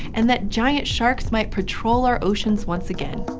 and that giant sharks might patrol our oceans once again.